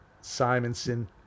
Simonson